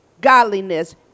godliness